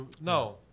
No